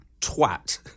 twat